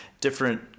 different